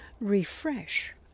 refresh